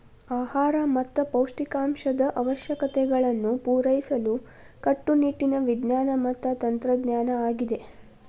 ಆಹಾರ ಮತ್ತ ಪೌಷ್ಟಿಕಾಂಶದ ಅವಶ್ಯಕತೆಗಳನ್ನು ಪೂರೈಸಲು ಕಟ್ಟುನಿಟ್ಟಿನ ವಿಜ್ಞಾನ ಮತ್ತ ತಂತ್ರಜ್ಞಾನ ಆಗಿದೆ